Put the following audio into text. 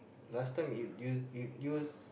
last time you use you use